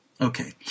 Okay